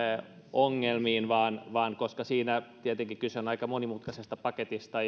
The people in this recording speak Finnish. ongelmiin koska siinä tietenkin kyse on aika monimutkaisesta paketista